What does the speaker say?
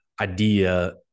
idea